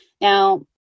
Now